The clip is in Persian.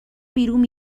بیرون